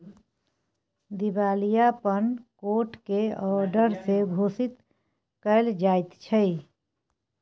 दिवालियापन कोट के औडर से घोषित कएल जाइत छइ